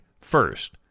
first